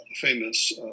famous